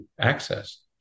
access